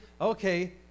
Okay